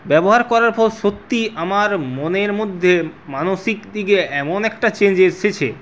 ব্যবহার করার পর সত্যিই আমার মনের মধ্যে মানসিক দিকে এমন একটা চেঞ্জ এসেছে